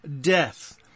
death